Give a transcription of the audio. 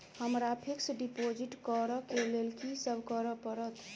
हमरा fix deposit करऽ केँ लेल की सब करऽ पड़त?